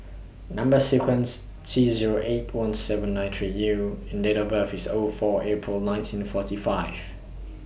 Number sequence T Zero eight one seven nine three U and Date of birth IS O four April nineteen forty five